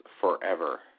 forever